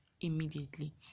immediately